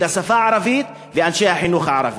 את השפה הערבית ואת אנשי החינוך הערבי.